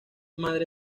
madre